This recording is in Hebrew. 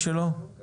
יש